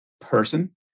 person